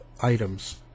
items